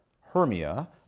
Hermia